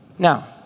Now